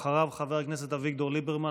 אחריו, חבר הכנסת אביגדור ליברמן.